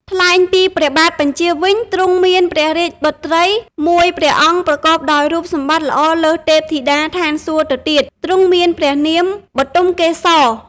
ថ្លែងពីព្រះបាទបញ្ចាល៍វិញ ទ្រង់មានព្រះរាជបុត្រីមួយព្រះអង្គប្រកបដោយរូបសម្បត្តិល្អលើសទេពធីតាឋានសួគ៌ទៅទៀត ទ្រង់មានព្រះនាមបុទមកេសរ។